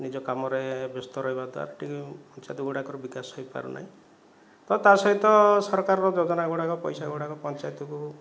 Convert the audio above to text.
ନିଜ କାମରେ ବ୍ୟସ୍ତ ରହିବା ଦ୍ଵାରା ଟିକେ ପଞ୍ଚାୟତ ଗୁଡ଼ିକର ବିକାଶ ହୋଇ ପାରୁନାହିଁ ବା ତା ସହିତ ସରକାର ଯୋଜନା ଗୁଡ଼ାକ ପଇସା ଗୁଡ଼ାକ ପଞ୍ଚାୟତକୁ